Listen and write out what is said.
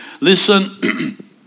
Listen